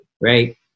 right